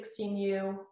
16U